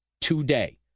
today